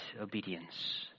obedience